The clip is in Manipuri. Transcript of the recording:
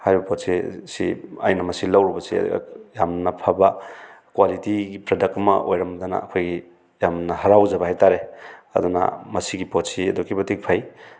ꯍꯥꯏꯔꯤꯕ ꯄꯣꯠꯁꯦ ꯁꯤ ꯑꯩꯅ ꯃꯁꯤ ꯂꯧꯔꯨꯕꯁꯦ ꯌꯥꯝꯅ ꯐꯕ ꯀ꯭ꯌꯥꯂꯤꯇꯤꯒꯤ ꯄ꯭ꯔꯗꯛ ꯑꯃ ꯑꯣꯏꯔꯝꯗꯅ ꯑꯩꯈꯣꯏꯒꯤ ꯌꯥꯝꯅ ꯍꯔꯥꯎꯖꯕ ꯍꯥꯏꯇꯥꯔꯦ ꯑꯗꯨꯅ ꯃꯁꯤꯒꯤ ꯄꯣꯠꯁꯤ ꯑꯗꯨꯛꯀꯤ ꯃꯇꯤꯛ ꯐꯩ